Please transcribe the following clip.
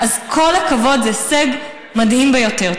אז כל הכבוד, זה הישג מדהים ביותר.